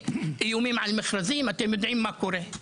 באיומים על מכרזים ואתם יודעים מה קורה.